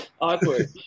Awkward